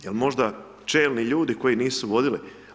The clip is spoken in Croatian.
Je li možda čelni ljudi koji nisu vodili?